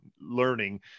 learning